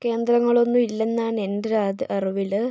കേന്ദ്രങ്ങളൊന്നും ഇല്ലെന്നാണ് എന്റൊരറിവില്